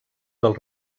del